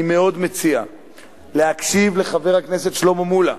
אני מאוד מציע להקשיב לחבר הכנסת שלמה מולה,